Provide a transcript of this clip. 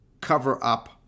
cover-up